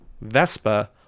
Vespa